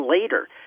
later